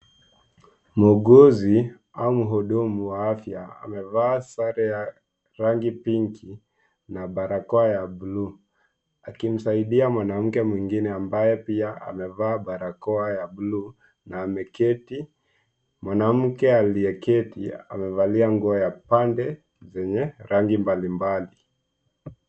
Muuguzi au mhudumu wa afya amevaa sare ya rangi pinki na barakoa ya bluu akimsaidia mwanamke mwingine ambaye pia amevaa barakoa ya bluu na amekaeti. Mwanamke aliyeketi amevalia nguo ya pande yenye rangi mbalimbali.